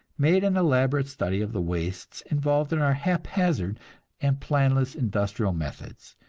made an elaborate study of the wastes involved in our haphazard and planless industrial methods,